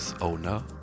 owner